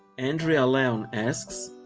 andrea leon asks,